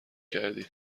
کردی